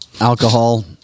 alcohol